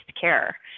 care